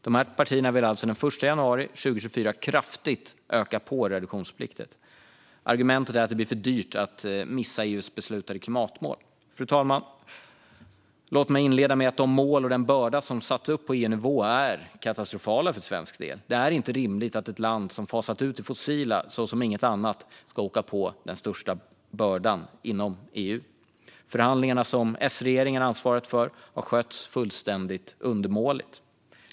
De här partierna vill alltså till den 1 januari 2024 kraftigt öka på reduktionsplikten. Argumentet är att det blir för dyrt att missa EU:s beslutade klimatmål. Fru talman! Låt mig inleda med att de mål och den börda som satts upp på EU-nivå är katastrofala för svensk del. Det är inte rimligt att ett land som fasat ut det fossila så som inget annat land har gjort ska åka på den största bördan inom EU. Förhandlingarna som S-regeringen har ansvarat för har skötts på ett fullständigt undermåligt sätt.